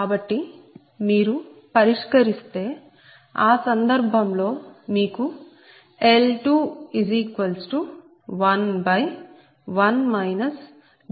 కాబట్టి మీరు పరిష్కరిస్తే ఆ సందర్భంలో మీకు L211 dPLossdPg21